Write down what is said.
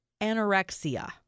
anorexia